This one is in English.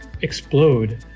explode